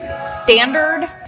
standard